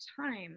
time